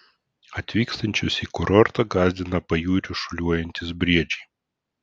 atvykstančius į kurortą gąsdina pajūriu šuoliuojantys briedžiai